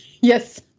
Yes